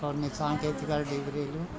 కొన్ని సాంకేతిక డిగ్రీలు